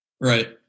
Right